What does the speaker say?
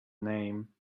name